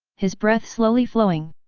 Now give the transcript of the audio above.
his breath slowly flowing.